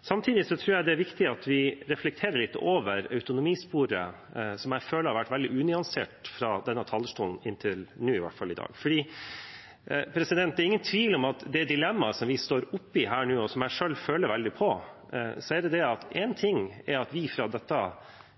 Samtidig tror jeg det er viktig at vi reflekterer litt over autonomisporet, som jeg føler har vært gjort veldig unyansert fra denne talerstolen i dag, i hvert fall inntil nå. For det er ingen tvil om at i det dilemmaet som vi står oppe i her nå, og som jeg selv føler veldig på, er én ting at vi i